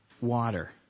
water